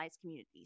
communities